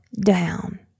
down